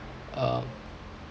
um